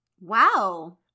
Wow